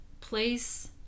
place